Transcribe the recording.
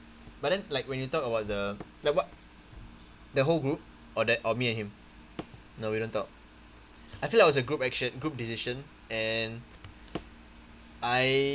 but then like when you talk about the like what the whole group or that or me and him no we don't talk I feel like it was a group action group decision and I